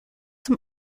zum